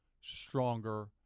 stronger